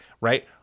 right